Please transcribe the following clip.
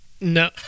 No